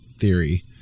theory